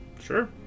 Sure